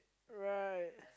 right